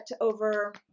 over